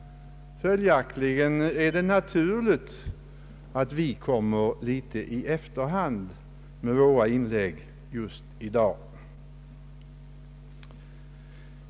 Följaktligen är det naturligt att vi kommer litet i efterhand med våra inlägg just i dag.